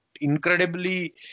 incredibly